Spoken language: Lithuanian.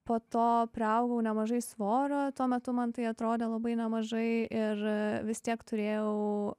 po to priaugau nemažai svorio tuo metu man tai atrodė labai nemažai ir vis tiek turėjau